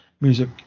music